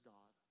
God